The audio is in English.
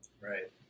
Right